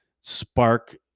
spark